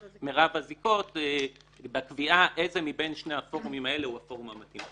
של מירב הזיקות ובקביעה איזה מבין שני הפורומים האלה הוא הפורום המתאים.